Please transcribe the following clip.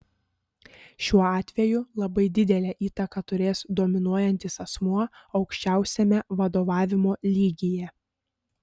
šiuo atveju labai didelę įtaką turės dominuojantis asmuo aukščiausiame vadovavimo lygyje